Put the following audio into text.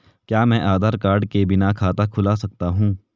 क्या मैं आधार कार्ड के बिना खाता खुला सकता हूं?